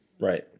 Right